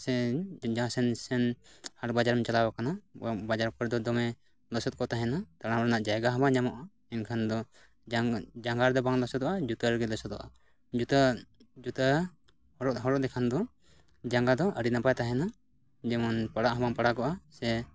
ᱥᱮ ᱡᱟᱦᱟᱥᱮᱱ ᱥᱮᱱ ᱦᱟᱴ ᱵᱟᱡᱟᱨᱮᱢ ᱪᱟᱞᱟᱣ ᱟᱠᱟᱱᱟ ᱵᱟ ᱵᱟᱡᱟᱨ ᱠᱚᱨᱮ ᱫᱚ ᱫᱚᱢᱮ ᱞᱚᱥᱚᱫ ᱠᱚ ᱛᱟᱦᱮᱱᱟ ᱛᱟᱲᱟᱢ ᱨᱮᱱᱟᱜ ᱡᱟᱭᱜᱟ ᱦᱚᱸ ᱵᱟᱝ ᱧᱟᱢᱚᱜᱼᱟ ᱮᱱᱠᱷᱟᱱ ᱫᱚ ᱡᱟᱝ ᱡᱟᱸᱜᱟ ᱨᱮᱫᱚ ᱵᱟᱝ ᱞᱚᱥᱚᱫᱚᱜᱼᱟ ᱡᱩᱛᱟᱹᱨᱮᱜᱮ ᱞᱚᱥᱚᱫᱚᱜᱼᱟ ᱡᱩᱛᱟᱹ ᱡᱩᱛᱟᱹ ᱦᱚᱨᱚ ᱦᱚᱨᱚᱜ ᱞᱮᱠᱷᱟᱱ ᱫᱚ ᱡᱟᱸᱜᱟ ᱫᱚ ᱟᱰᱤ ᱱᱟᱯᱟᱭ ᱛᱟᱦᱮᱱᱟ ᱡᱮᱢᱚᱱ ᱯᱟᱲᱟᱜ ᱦᱚᱸ ᱵᱟᱝ ᱯᱟᱲᱟᱜᱚᱜᱼᱟ ᱥᱮ